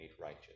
righteous